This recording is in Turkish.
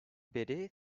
beri